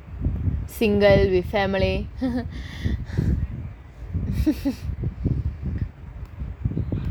single with family